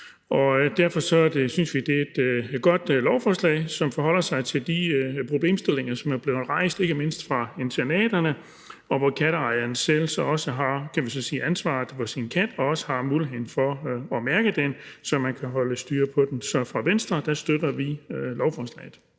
Vi synes, det er et godt lovforslag, som forholder sig til de problemstillinger, der er blevet rejst af ikke mindst internaterne. Nu har katteejerne så selv ansvaret for deres katte og får mulighed for at mærke dem, så de kan holde styr på dem. Så Venstre støtter lovforslaget.